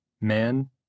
Man